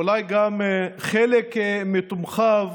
אולי גם חלק מתומכיו